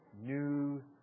new